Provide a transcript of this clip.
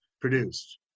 produced